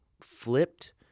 Flipped